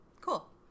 Cool